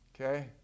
Okay